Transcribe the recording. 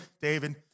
David